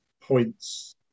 points